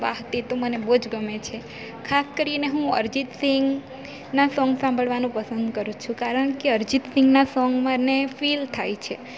વાહ તે તો મને બોવ જ ગમે છે ખાસ કરીને હું અરજીત સિંગના સોંગ સાંભળવાનું પસંદ કરું છું કારણ કે અરજીત સિંગના સોંગ મને ફીલ થાય છે